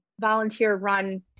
volunteer-run